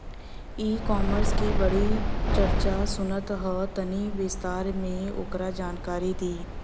ई कॉमर्स क बड़ी चर्चा सुनात ह तनि विस्तार से ओकर जानकारी दी?